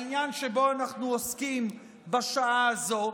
העניין שבו אנחנו עוסקים בשעה הזו,